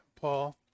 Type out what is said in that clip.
Paul